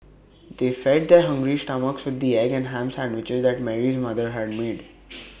they fed their hungry stomachs with the egg and Ham Sandwiches that Mary's mother had made